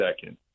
second